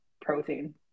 protein